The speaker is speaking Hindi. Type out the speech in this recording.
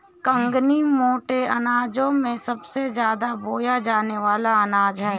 कंगनी मोटे अनाजों में सबसे ज्यादा बोया जाने वाला अनाज है